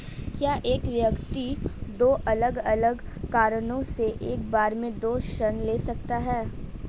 क्या एक व्यक्ति दो अलग अलग कारणों से एक बार में दो ऋण ले सकता है?